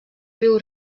riu